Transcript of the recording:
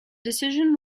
decision